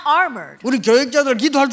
armored